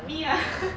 me ah